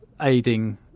aiding